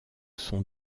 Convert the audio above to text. son